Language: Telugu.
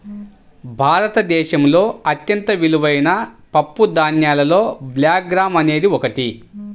భారతదేశంలో అత్యంత విలువైన పప్పుధాన్యాలలో బ్లాక్ గ్రామ్ అనేది ఒకటి